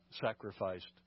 sacrificed